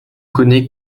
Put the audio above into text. connaît